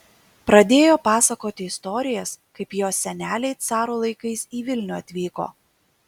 pradėjo pasakoti istorijas kaip jos seneliai caro laikais į vilnių atvyko